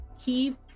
keep